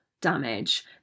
damage